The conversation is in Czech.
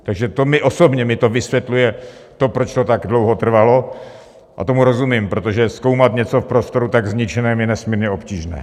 Takže to mi osobně vysvětluje to, proč to tak dlouho trvalo, a tomu rozumím, protože zkoumat něco v prostoru tak zničeném je nesmírně obtížné.